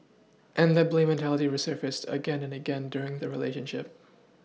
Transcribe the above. and that blame mentality resurfaced again and again during their relationship